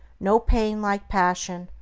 no pain like passion,